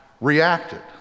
reacted